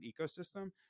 ecosystem